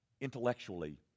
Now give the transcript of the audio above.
intellectually